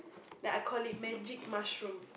then I call it magic mushroom